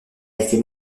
été